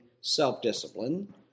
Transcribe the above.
self-discipline